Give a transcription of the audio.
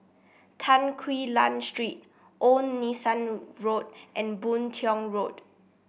Tan Quee Lan Street Old Nelson Road and Boon Tiong Road